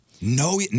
No